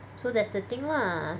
so that's the thing lah